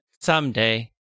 someday